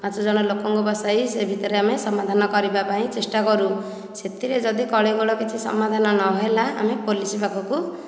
ପାଞ୍ଚ ଜଣ ଲୋକଙ୍କୁ ବସାଇ ସେ ଭିତରେ ଆମେ ସମାଧାନ କରିବା ପାଇଁ ଚେଷ୍ଟା କରୁ ସେଥିରେ ଯଦି କଳିଗୋଳ କିଛି ସମାଧାନ ନ ହେଲା ଆମେ ପୋଲିସ ପାଖକୁ